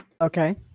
Okay